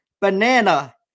banana